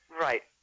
Right